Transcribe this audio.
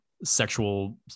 sexual